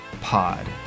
pod